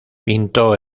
pintó